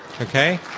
Okay